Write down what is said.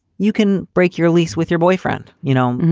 you can break your lease with your boyfriend, you know,